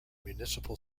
municipal